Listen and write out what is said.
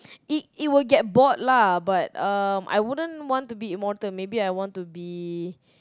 it it will get bored lah but um I wouldn't want to be immortal maybe I want to be